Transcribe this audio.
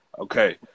Okay